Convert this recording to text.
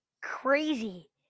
crazy